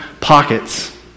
pockets